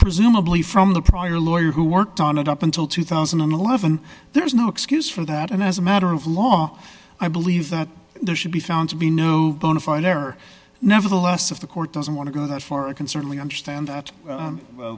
presumably from the prior lawyer who worked on it up until two thousand and eleven there is no excuse for that and as a matter of law i believe that there should be found to be no bonafide error nevertheless of the court doesn't want to go that far i can certainly understand that